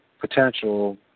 potential